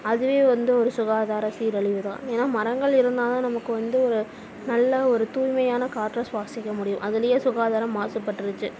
அதுவே வந்து ஒரு சுகாதார சீரழிவு தான் ஏன்னா மரங்கள் இருந்தால் தான் நமக்கு வந்து ஒரு நல்ல ஒரு தூய்மையான காற்றை சுவாசிக்க முடியும் அதுலேயே சுகாதாரம் மாசுபட்டுருச்சு